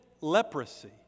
leprosy